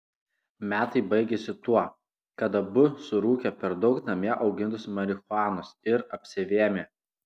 metai baigėsi tuo kad abu surūkė per daug namie augintos marihuanos ir apsivėmė